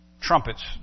trumpets